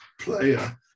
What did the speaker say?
player